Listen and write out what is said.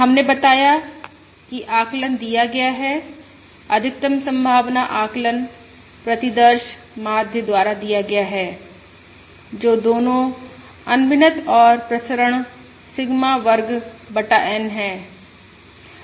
हमने बताया कि आकलन दिया गया है अधिकतम संभावना आकलन प्रतिदर्श माध्य द्वारा दिया गया है जो दोनो अनभिनत और प्रसरण सिग्मा वर्ग बटा N है